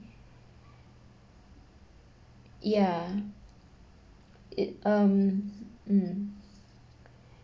ya it um mm